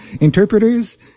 interpreters